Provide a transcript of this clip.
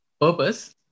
Purpose